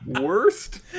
Worst